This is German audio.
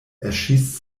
erschießt